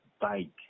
bike